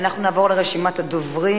אנחנו נעבור לרשימת הדוברים.